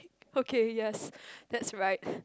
okay yes that's right